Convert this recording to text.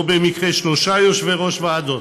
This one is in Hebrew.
לא במקרה שלושה יושבי-ראש ועדות: